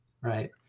right